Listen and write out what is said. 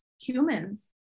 humans